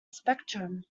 spectrum